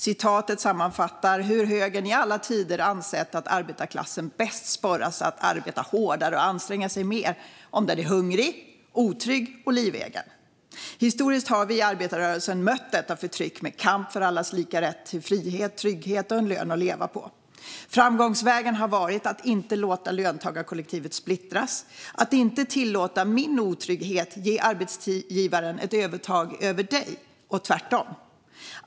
Det sammanfattar hur högern i alla tider har ansett att arbetarklassen bäst sporras att arbeta hårdare och anstränga sig mer - om den är hungrig, otrygg och livegen. Historiskt har vi i arbetarrörelsen mött detta förtryck med kamp för allas lika rätt till frihet, trygghet och en lön att leva på. Framgångsvägen har varit att inte låta löntagarkollektivet splittras, att inte tillåta att min otrygghet ger arbetsgivaren ett övertag över dig och tvärtom.